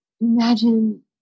imagine